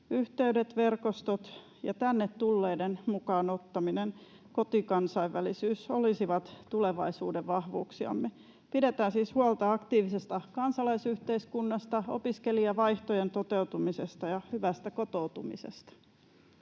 Yhteydet, verkostot ja tänne tulleiden mukaan ottaminen, kotikansainvälisyys olisivat tulevaisuuden vahvuuksiamme. Pidetään siis huolta aktiivisesta kansalaisyhteiskunnasta, opiskelijavaihtojen toteutumisesta ja hyvästä kotoutumisesta.